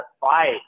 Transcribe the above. fight